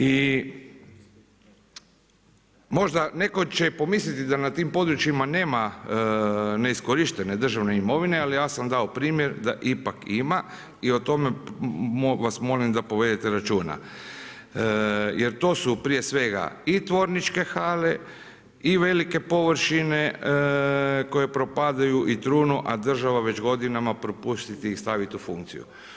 I možda netko će pomisliti da na tim područjima nema neiskorištene državne imovine, ali ja sam dao primjer da ipak ima i o tome vas molim da povedete računa jer to su prije svega i tvorničke hale i velike površine koje propadaju i trunu a država već godinama propušta ih staviti u funkciju.